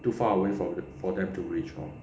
too far away from for them to reach home